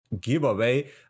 giveaway